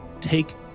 take